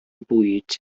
bwyd